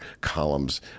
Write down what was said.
columns